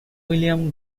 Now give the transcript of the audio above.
william